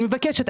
אני מבקשת,